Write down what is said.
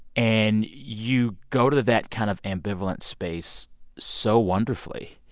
and you go to that kind of ambivalent space so wonderfully.